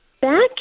Back